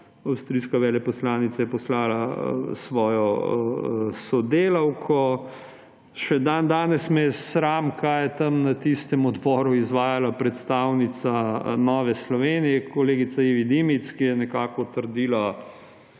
avstrijska veleposlanica je poslala svojo sodelavko. Še dandanes me je sram, kaj je tam na tistem odboru izvajala predstavnica Nove Slovenije, kolegica Iva Dimic, ki je nekako trdila,